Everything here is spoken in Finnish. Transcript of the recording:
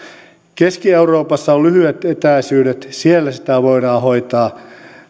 keski euroopassa on lyhyet etäisyydet siellä sitä voidaan hoitaa